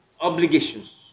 obligations